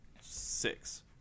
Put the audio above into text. Six